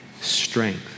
strength